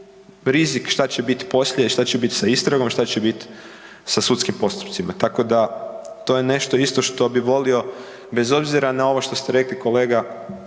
šta će bit poslije, šta će bit sa istragom, šta će bit sa sudskim postupcima. Tako da to je nešto isto što bi volio bez obzira na ovo što ste rekli kolega